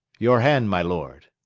your hand, my lord.